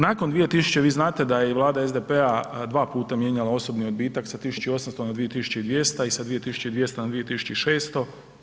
Nakon 2000 vi znate da je Vlada SDP-a dva puta mijenjala osobni odbitak, s 1800 na 2200 i sa 2200 na 2600.